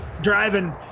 driving